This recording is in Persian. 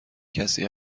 کسی